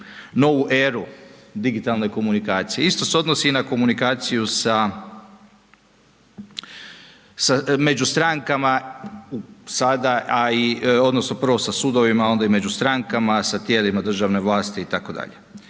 novu eru digitalne komunikacije. Isto se odnosi na komunikaciju među strankama sada, a i, odnosno prvo sa sudovima onda i među strankama, sa tijelima državne vlasti itd.